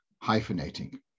hyphenating